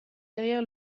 derrière